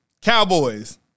Cowboys